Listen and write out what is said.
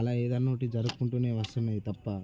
అలా ఏదన్నా ఒకటి జరుక్కుంటూనే వస్తున్నాయి తప్ప